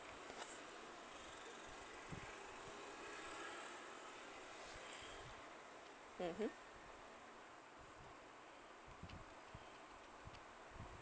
mmhmm